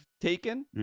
taken